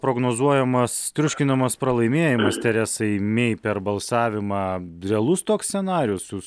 prognozuojamas triuškinamas pralaimėjimas teresai mei per balsavimą realus toks scenarijus jūs